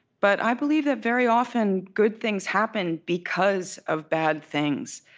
but i believe that very often, good things happen because of bad things.